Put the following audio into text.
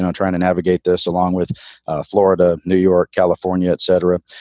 and trying to navigate this along with florida, new york, california, et cetera.